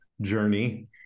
journey